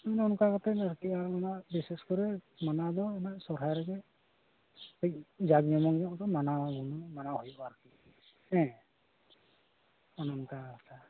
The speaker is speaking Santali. ᱤᱧ ᱫᱚ ᱚᱱᱠᱟ ᱠᱟᱛᱮᱫ ᱵᱤᱥᱮᱥ ᱠᱚᱨᱮ ᱢᱟᱱᱟᱣ ᱫᱚ ᱚᱱᱟ ᱥᱚᱦᱨᱟᱭ ᱨᱮᱜᱮ ᱠᱟᱹᱴᱤᱡ ᱡᱟᱠ ᱡᱚᱢᱚᱠ ᱧᱚᱜ ᱫᱚ ᱢᱟᱱᱟᱣ ᱟᱵᱚᱱ ᱢᱟᱱᱟᱣ ᱦᱩᱭᱩᱜᱼᱟ ᱦᱮᱸ ᱚᱱᱮᱚᱱᱠᱟ ᱠᱟᱛᱷᱟ